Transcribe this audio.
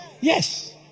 Yes